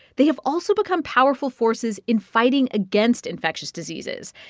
they have also become powerful forces in fighting against infectious diseases.